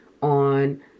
on